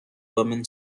woman